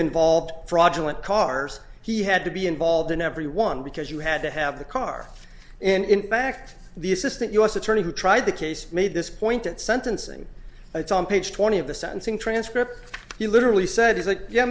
involved fraudulent cars he had to be involved in everyone because you had to have the car and in fact the assistant u s attorney who tried the case made this point at sentencing it's on page twenty of the sentencing transcript you literally said it's like yeah